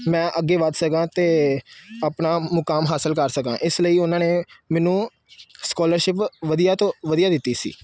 ਮੈਂ ਅੱਗੇ ਵੱਧ ਸਕਾਂ ਅਤੇ ਆਪਣਾ ਮੁਕਾਮ ਹਾਸਿਲ ਕਰ ਸਕਾਂ ਇਸ ਲਈ ਉਹਨਾਂ ਨੇ ਮੈਨੂੰ ਸਕੋਲਰਸ਼ਿਪ ਵਧੀਆ ਤੋਂ ਵਧੀਆ ਦਿੱਤੀ ਸੀ